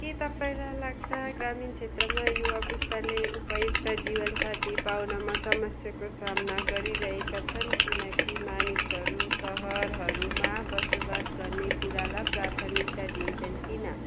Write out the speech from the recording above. के तपाईँलाई लाग्छ ग्रामिण क्षेत्रमा युवा पुस्ताले उपयुक्त जीवन साथी पाउनमा समस्याको सामना गरिरहेका छन् किनकि मानिसहरू सहरहरूमा बसोबास गर्ने कुरालाई प्राथमिकता दिन्छन् किन